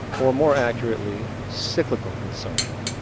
or more accurately cyclical consumption.